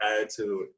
attitude